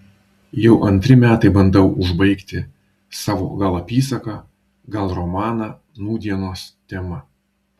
jau antri metai bandau užbaigti savo gal apysaką gal romaną nūdienos tema